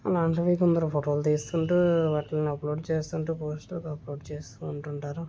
అలాంటిది కొందరు ఫోటోలు తీస్తుండ్రు వాటిని అప్లోడ్ చేస్తుండ్రు పోస్ట్లలో అప్లోడ్ చేస్తూ ఉంటుంటారు